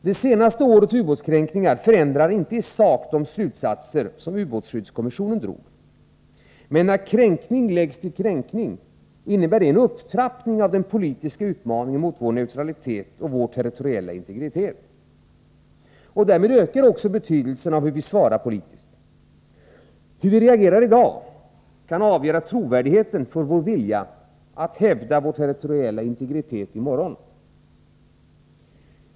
Det senaste årets ubåtskränkningar förändrar inte i sak de slutsatser som ubåtsskyddskommissionen drog, men när kränkning läggs till kränkning, innebär detta en upptrappning av den politiska utmaningen mot vår neutralitet och vår territoriella integritet. Därmed ökar också betydelsen av hur vi svarar politiskt. Våra reaktioner i dag kan avgöra trovärdigheten för vår vilja att hävda vår territoriella integritet i morgon.